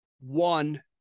one